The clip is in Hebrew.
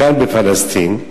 כאן בפלסטין,